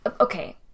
Okay